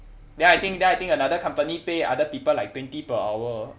then I think then I think another company pay other people like twenty per hour